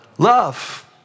love